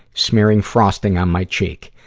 smearing frosting on my cheek.